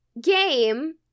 game